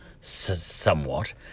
somewhat